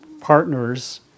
partners